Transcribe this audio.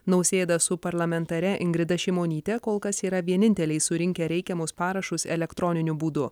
nausėda su parlamentare ingrida šimonytė kol kas yra vieninteliai surinkę reikiamus parašus elektroniniu būdu